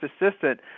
assistant